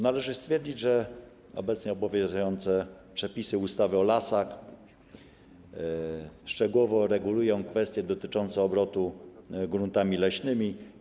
Należy stwierdzić, że obecnie obowiązujące przepisy ustawy o lasach szczegółowo regulują kwestie dotyczące obrotu gruntami leśnymi.